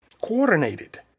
coordinated